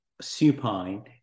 supine